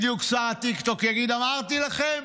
בדיוק שר הטיקטוק יגיד: אמרתי לכם,